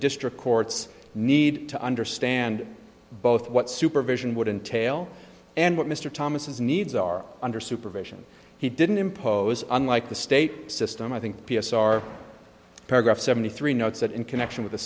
district court's need to understand both what supervision would entail and what mr thomas's needs are under supervision he didn't impose unlike the state system i think p s r paragraph seventy three notes that in connection with the